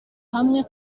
hamwe